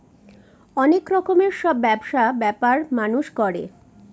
অনেক রকমের সব ব্যবসা ব্যাপার মানুষ করে